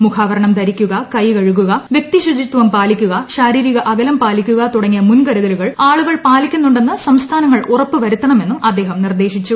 മുഖാവരണം ധരിക്കുക കൈകഴുകുക വ്യക്തി ശുചിത്വം പാലിക്കുക ശാരീരിക അകലം പാലിക്കുക തുടങ്ങിയ മുൻകരുതലുകളും ആളുകൾ പാലിക്കുന്നു ണ്ടെന്ന് സംസ്ഥാനങ്ങൾ ഉറപ്പുവരുത്തണമെന്നും അദ്ദേഹം നിർദേ ശിച്ചു